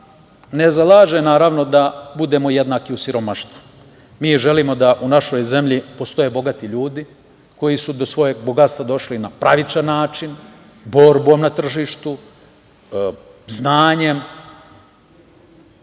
ne zalaže naravno da budemo jednaki u siromaštvu. Mi želimo da u našoj zemlji postoje bogati ljudi koji su do svog bogatstva došli na pravičan način, borbom na tržištu, znanjem